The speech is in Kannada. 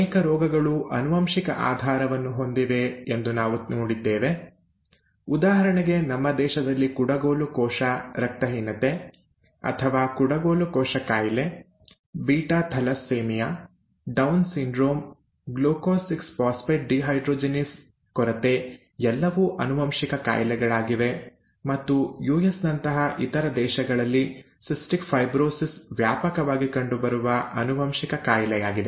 ಅನೇಕ ರೋಗಗಳು ಆನುವಂಶಿಕ ಆಧಾರವನ್ನು ಹೊಂದಿವೆ ಎಂದು ನಾವು ನೋಡಿದ್ದೇವೆ ಉದಾಹರಣೆಗೆ ನಮ್ಮ ದೇಶದಲ್ಲಿ ಕುಡಗೋಲು ಕೋಶ ರಕ್ತಹೀನತೆ ಅಥವಾ ಕುಡಗೋಲು ಕೋಶ ಕಾಯಿಲೆ beta thalassemia down syndrome glucose 6 phosphate dehydrogenase ಕೊರತೆ ಎಲ್ಲವೂ ಆನುವಂಶಿಕ ಕಾಯಿಲೆಗಳಾಗಿವೆ ಮತ್ತು ಯುಎಸ್ ನಂತಹ ಇತರ ದೇಶಗಳಲ್ಲಿ ಸಿಸ್ಟಿಕ್ ಫೈಬ್ರೋಸಿಸ್ ವ್ಯಾಪಕವಾಗಿ ಕಂಡುಬರುವ ಆನುವಂಶಿಕ ಕಾಯಿಲೆಯಾಗಿದೆ